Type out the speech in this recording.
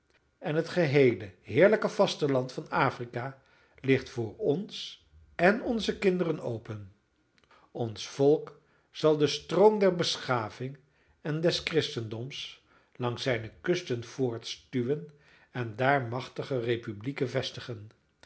en het geheele heerlijke vasteland van afrika ligt voor ons en onze kinderen open ons volk zal den stroom der beschaving en des christendoms langs zijne kusten voortstuwen en daar machtige republieken vestigen